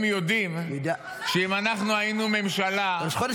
הם יודעים שאם אנחנו היינו הממשלה -- ראש חודש כסלו מתקרב.